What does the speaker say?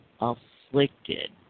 afflicted